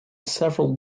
several